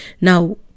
Now